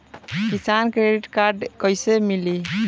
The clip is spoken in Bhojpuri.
किसान क्रेडिट कार्ड कइसे मिली?